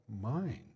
mind